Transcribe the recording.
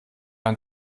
ein